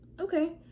Okay